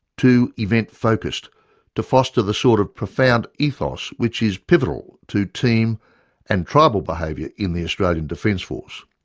too event-focused to foster the sort of profound ethos which is pivotal to team and tribal behaviour in the australian defence force.